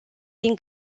din